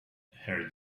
her